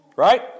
Right